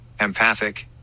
empathic